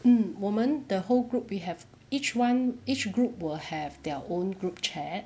mm 我们 the whole group we have each one each group will have their own group chat